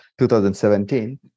2017